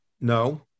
No